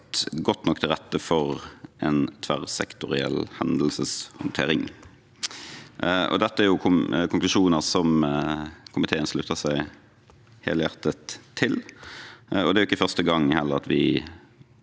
godt nok til rette for en tverrsektoriell hendelseshåndtering. Dette er konklusjoner som komiteen slutter seg helhjertet til. Det er heller ikke første gang at vi